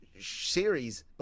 series